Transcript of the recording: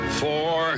four